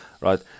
right